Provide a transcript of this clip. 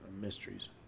mysteries